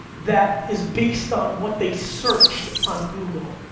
that is based on what they searched on google.